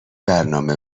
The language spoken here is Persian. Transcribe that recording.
برنامه